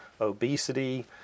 obesity